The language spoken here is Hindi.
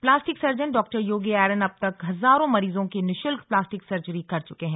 प्लास्टिक सर्जन डॉ योगी एरन अब तक हजारों मरीजों की निशुल्क प्लास्टिक सर्जरी कर चुके हैं